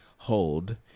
hold